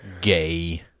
Gay